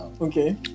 Okay